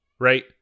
Right